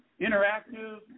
interactive